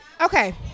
Okay